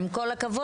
עם כל הכבוד,